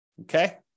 Okay